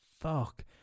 Fuck